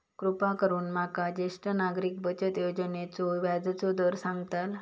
कृपा करून माका ज्येष्ठ नागरिक बचत योजनेचो व्याजचो दर सांगताल